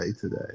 today